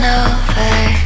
over